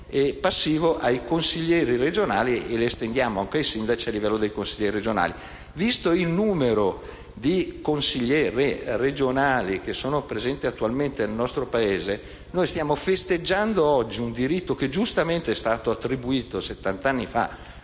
passivo ai consiglieri regionali e lo abbiamo esteso anche ai sindaci al livello dei consiglieri regionali. Visto il numero di consiglieri regionali attualmente presenti nel nostro Paese, oggi stiamo festeggiando un diritto che giustamente è stato attribuito alla